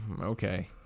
Okay